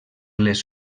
les